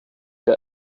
der